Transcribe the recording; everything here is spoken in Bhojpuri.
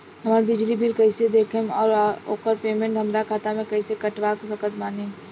हमार बिजली बिल कईसे देखेमऔर आउर ओकर पेमेंट हमरा खाता से कईसे कटवा सकत बानी?